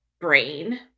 brain